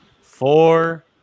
four